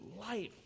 life